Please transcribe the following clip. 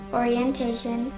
orientation